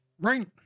Right